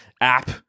app